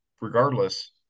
regardless